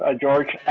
ah george